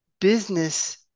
business